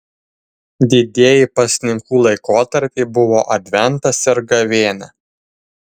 didieji pasninkų laikotarpiai buvo adventas ir gavėnia